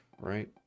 right